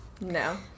No